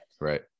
Right